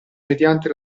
mediante